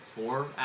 four